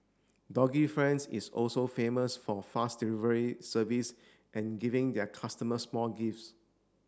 doggy friends is also famous for fast delivery service and giving their customers small gifts